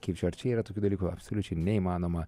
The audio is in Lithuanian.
kaip čia ar čia yra tokių dalykų absoliučiai neįmanoma